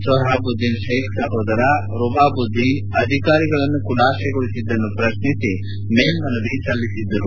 ಸೋಹಾಬುದ್ದೀನ್ ಶೇಖ್ ಸಹೋದರ ರುಬಾಬುದ್ದೀನ್ ಅಧಿಕಾರಿಗಳನ್ನು ಖುಲಾಸೆಗೊಳಿಸಿದ್ದನ್ನು ಪ್ರಶ್ನಿಸಿ ಮೇಲ್ಲನವಿ ಸಲ್ಲಿಸಿದ್ದರು